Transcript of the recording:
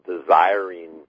desiring